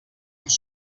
ens